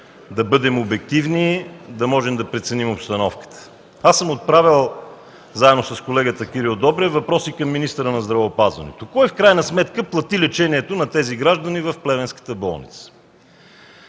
да бъдем обективни, да можем да преценим обстановката. Аз съм отправил, заедно с колегата Кирил Добрев, въпроса към министъра на здравеопазването: кой в крайна сметка плати лечението на тези граждани в плевенската болница?